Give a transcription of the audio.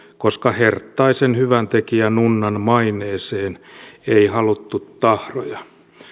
koska herttaisen hyväntekijänunnan maineeseen ei haluttu tahroja